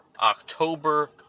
October